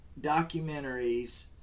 documentaries